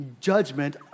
judgment